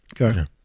Okay